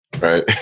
Right